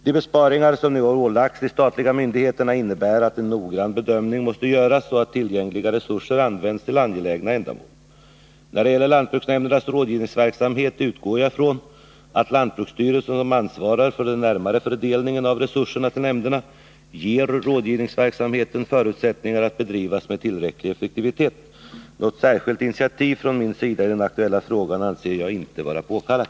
De besparingar som nu har ålagts de statliga myndigheterna innebär att en noggrann bedömning måste göras så att tillgängliga resurser används till angelägna ändamål. När det gäller lantbruknämndernas rådgivningsverksamhet utgår jag från att lantbruksstyrelsen, som ansvarar för den närmare fördelningen av resurserna till nämnderna, ger rådgivningsverksamheten förutsättningar att bedrivas med tillräcklig effektivitet. Något särskilt initiativ från min sida i den aktuella frågan anser jag inte vara påkallat.